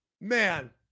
man